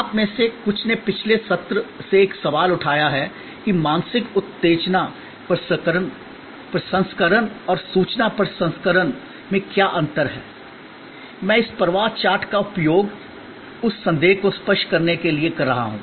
आप में से कुछ ने पिछले सत्र से एक सवाल उठाया है कि मानसिक उत्तेजना प्रसंस्करण और सूचना प्रसंस्करण में क्या अंतर है मैं इस प्रवाह चार्ट का उपयोग उस संदेह को स्पष्ट करने के लिए कर रहा हूं